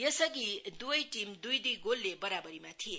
यसअधि दुवै टीम दुई दुई गोलले बराबरीमा थिए